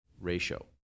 ratio